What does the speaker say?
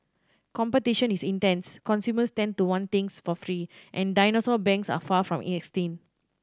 competition is intense consumers tend to want things for free and dinosaur banks are far from extinct